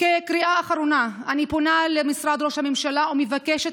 כקריאה אחרונה אני פונה למשרד ראש הממשלה ומבקשת